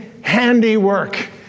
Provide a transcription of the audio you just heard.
handiwork